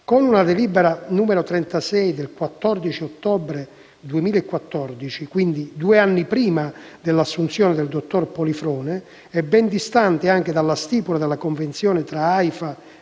con la delibera n. 36 del 14 ottobre 2014 (quindi due anni prima dell'assunzione del dottor Polifrone e ben distante anche dalla stipula della convenzione tra Aifa